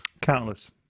Countless